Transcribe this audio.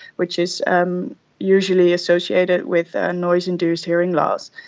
which is um usually associated with ah noise-induced hearing loss.